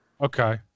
okay